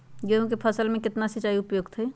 गेंहू के फसल में केतना सिंचाई उपयुक्त हाइ?